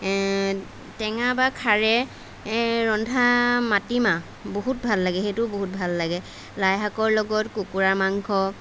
টেঙা বা খাৰে এ ৰন্ধা মাটিমাহ বহুত ভাল লাগে সেইটোও বহুত ভাল লাগে লাইশাকৰ লগত কুকুৰা মাংস